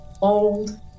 old